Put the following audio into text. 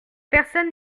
personne